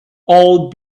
all